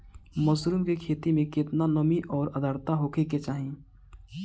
Mushroom की खेती में केतना नमी और आद्रता होखे के चाही?